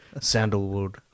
sandalwood